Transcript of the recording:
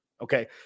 Okay